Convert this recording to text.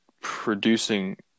producing